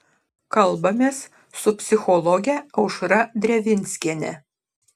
kalbamės su psichologe aušra drevinskiene